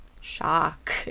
shock